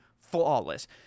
flawless